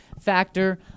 factor